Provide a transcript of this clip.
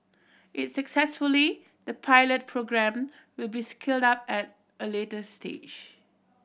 if successful the pilot programme will be scaled up at a later stage